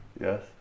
Yes